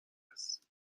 هست